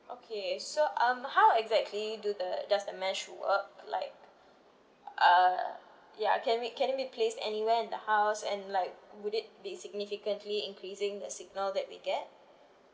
okay so um how exactly do the does the mesh work like uh ya can we can it be place anywhere in the house and like would it be significantly increasing the signal that we get